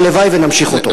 והלוואי שנמשיך אותו.